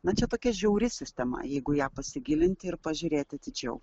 na čia tokia žiauri sistema jeigu į ją pasigilinti ir pažiūrėti atidžiau